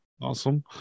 awesome